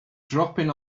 dropping